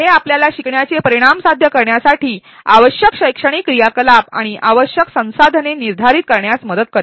हे आपल्याला शिकण्याचे परिणाम साध्य करण्यासाठी आवश्यक शैक्षणिक क्रियाकलाप आणि आवश्यक संसाधने निर्धारित करण्यात मदत करेल